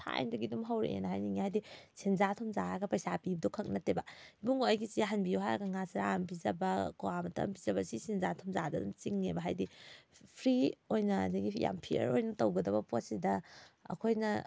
ꯊꯥꯏꯅꯗꯒꯤ ꯑꯗꯨꯝ ꯍꯧꯔꯛꯑꯦꯅ ꯍꯥꯏꯅꯤꯡꯉꯦ ꯍꯥꯏꯗꯤ ꯁꯦꯟꯖꯥ ꯊꯨꯝꯖꯥ ꯍꯥꯏꯔꯒ ꯄꯩꯁꯥ ꯄꯤꯕꯗꯣ ꯈꯛ ꯅꯠꯇꯦꯕ ꯏꯕꯨꯡꯉꯣ ꯑꯩꯒꯤꯁꯦ ꯌꯥꯍꯟꯕꯤꯌꯣ ꯍꯥꯏꯔꯒ ꯉꯥ ꯆꯔꯥ ꯑꯃ ꯄꯤꯖꯕ ꯀ꯭ꯋꯥ ꯃꯇꯞ ꯑꯃ ꯄꯤꯖꯕ ꯁꯤ ꯁꯦꯟꯖꯥ ꯊꯨꯝꯖꯥꯗ ꯑꯗꯨꯝ ꯆꯤꯡꯉꯦꯕ ꯍꯥꯏꯗꯤ ꯐ꯭ꯔꯤ ꯑꯣꯏꯅ ꯑꯗꯒꯤ ꯌꯥꯝ ꯐꯤꯌꯥꯔ ꯑꯣꯏꯅ ꯇꯧꯒꯗꯕ ꯄꯣꯠꯁꯤꯗ ꯑꯩꯈꯣꯏꯅ